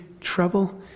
trouble